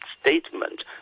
statement